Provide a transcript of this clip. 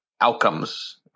outcomes